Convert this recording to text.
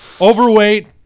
Overweight